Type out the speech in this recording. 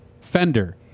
fender